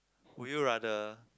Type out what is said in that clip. would you rather